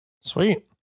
Sweet